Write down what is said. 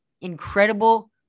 incredible